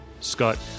Scott